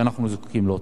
שאנחנו זקוקים לו.